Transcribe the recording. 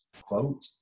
quote